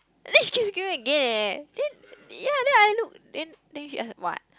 and then she keep screaming again eh then ya then I look then then she ask like what